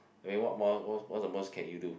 I mean what what's the most can you do